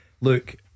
Look